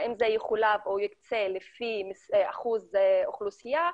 האם זה יחולק או יוקצה לפי אחוז אוכלוסייה,